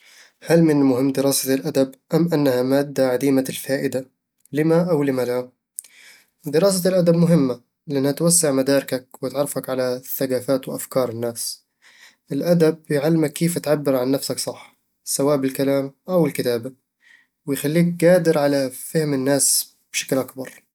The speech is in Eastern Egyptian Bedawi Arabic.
هل من المهم دراسة الأدب، أم أنها مادة عديمة الفائدة؟ لِمَ أو لِمَ لا؟ دراسة الأدب مهمة، لأنه توسع مداركك وتعرفك على ثقافات وأفكار الناس الأدب يعلمك كيف تعبر عن نفسك صح، سواء بالكلام أو الكتابة، ويخليك قادر على فهم الناس بشكل أكبر